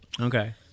Okay